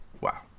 wow